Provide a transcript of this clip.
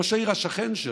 ראש העיר השכן שלו,